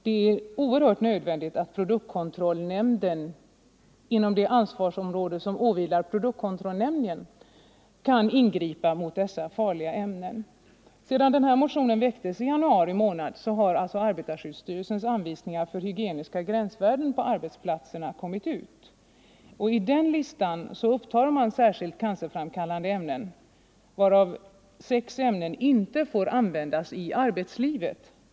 Det är oerhört nödvändigt att produktkontrollnämnden inom det ansvarsområde som åvilar den kan ingripa mot dessa farliga ämnen. Sedan motionen väcktes i januari månad har arbetarskyddsstyrelsens anvisningar för hygieniska gränsvärden på arbetsplatserna kommit ut. I den listan upptar man särskilt cancerframkallande ämnen, varav sex ämnen inte får användas i arbetslivet.